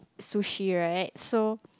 sushi right so